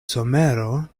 somero